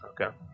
Okay